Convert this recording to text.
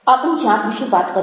આપણી જાત વિશે વાત કરવી